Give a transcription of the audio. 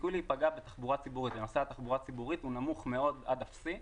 הסיכוי להיפגע לנוסעי התחבורה הציבורית הוא נמוך מאוד עד אפסי.